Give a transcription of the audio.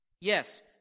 Yes